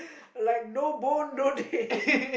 like no bone no day